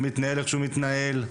ומתנהל איך שהוא מתנהל?